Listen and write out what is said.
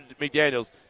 McDaniels